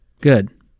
Good